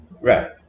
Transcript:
Right